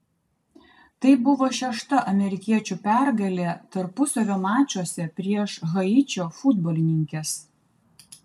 tai buvo šešta amerikiečių pergalė tarpusavio mačuose prieš haičio futbolininkes